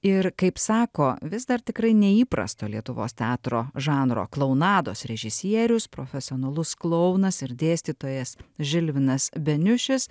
ir kaip sako vis dar tikrai neįprasto lietuvos teatro žanro klounados režisierius profesionalus klounas ir dėstytojas žilvinas beniušis